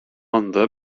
ânda